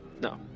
no